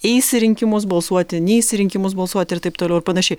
eis į rinkimus balsuoti neis rinkimus balsuoti ir taip toliau ir panašiai